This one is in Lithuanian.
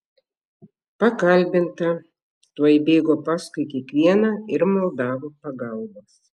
pakalbinta tuoj bėgo paskui kiekvieną ir maldavo pagalbos